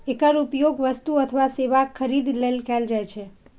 एकर उपयोग वस्तु अथवा सेवाक खरीद लेल कैल जा सकै छै